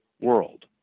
world